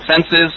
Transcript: senses